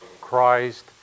Christ